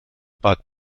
bad